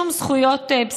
שום זכויות בסיסיות,